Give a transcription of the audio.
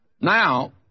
Now